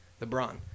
LeBron